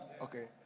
Okay